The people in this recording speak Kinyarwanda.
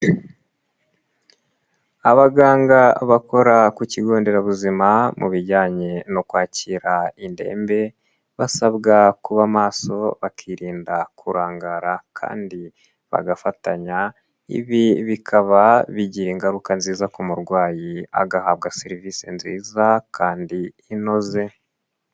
Abaganga bakora ku kigo nderabuzima mu bijyanye no kwakira indembe, basabwa kuba maso bakirinda kurangara kandi bagafatanya, ibi bikaba bigira ingaruka nziza ku murwayi agahabwa serivisi nziza kandi inoze.